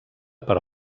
per